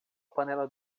panela